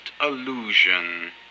illusion